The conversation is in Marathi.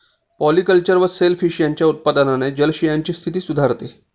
पॉलिकल्चर व सेल फिश यांच्या उत्पादनाने जलाशयांची स्थिती सुधारते